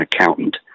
accountant